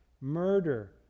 murder